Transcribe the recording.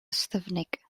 ystyfnig